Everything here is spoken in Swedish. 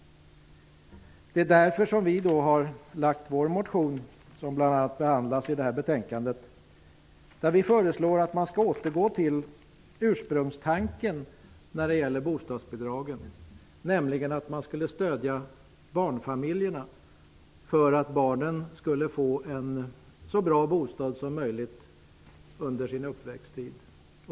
Det är därför som vi har väckt vår motion, vilken bl.a. behandlas i detta betänkande. I motionen föreslår vi att man skall utgå från ursprungstanken när det gäller bostadsbidragen, nämligen att stödja barnfamiljerna för att barnen skall få en så bra bostad som möjligt under uppväxttiden.